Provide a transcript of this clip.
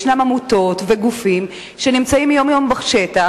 יש עמותות וגופים שנמצאים יום-יום בשטח,